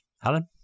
Helen